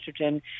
estrogen